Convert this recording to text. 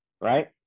right